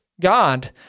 God